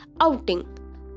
outing